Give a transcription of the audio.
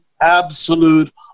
absolute